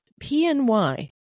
PNY